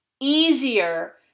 easier